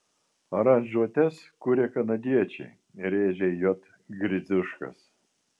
aranžuotes kuria kanadiečiai rėžė j gridziuškas